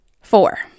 Four